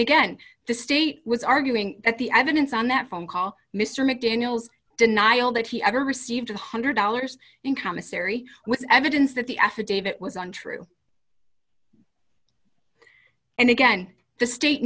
again the state was arguing that the evidence on that phone call mr mcdaniels denial that he ever received one hundred dollars in commissary was evidence that the affidavit was untrue and again the state